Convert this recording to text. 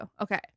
Okay